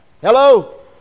Hello